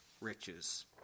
riches